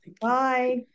Bye